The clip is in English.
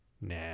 Nah